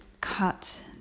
cut